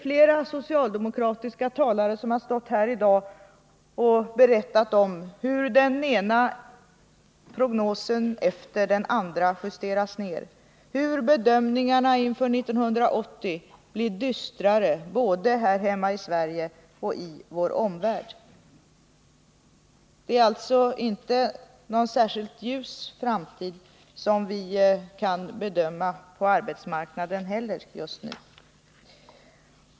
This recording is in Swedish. Flera socialdemokratiska talare har stått här i dag och berättat hur den ena prognosen efter den andra justerats, hur bedömningarna inför 1980 blir dystrare både här hemma i Sverige och i vår omvärld. Det är alltså inte någon särskilt ljus framtid som vi kan vänta på arbetsmarknaden heller just nu.